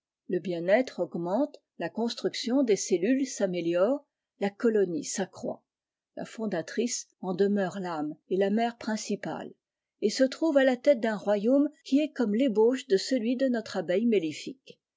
le bien-être augmente la construction des cellules saméliore la colonie s'accroît la fondatrice en demeure tâme et la mère principale et se trouve è la tète d'un royaume qui est comme tébauche de celui de notre abeille mellifique